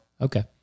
Okay